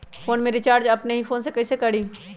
Phone में recharge अपने ही फ़ोन से कईसे करी?